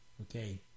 Okay